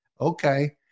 okay